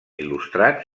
il·lustrats